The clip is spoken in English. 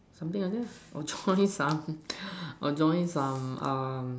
something like that or join some or join some um